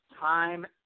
time